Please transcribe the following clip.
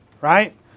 Right